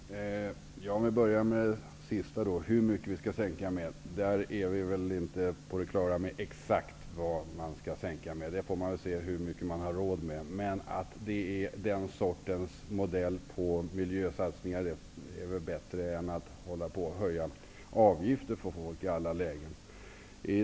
Fru talman! Jag börjar med den sista frågan, hur mycket vi skall sänka med. Vi är inte på det klara med exakt hur mycket man skall sänka med. Det får man väl se hur mycket man har råd med. Men den sortens modell på miljösatsningar är väl bättre än att hålla på och höja avgifter för folk i alla lägen.